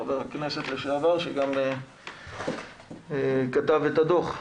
חבר כנסת לשעבר ושגם כתב את הדוח,